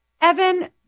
Evan